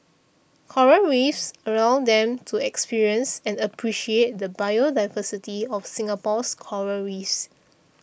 coral Reefs allows them to experience and appreciate the biodiversity of Singapore's Coral Reefs